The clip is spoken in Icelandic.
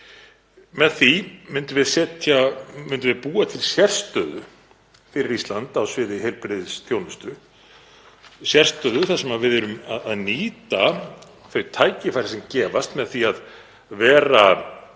Með því myndum við búa til sérstöðu fyrir Ísland á sviði heilbrigðisþjónustu, sérstöðu þar sem við værum að nýta þau tækifæri sem gefast með því að vera